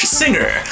singer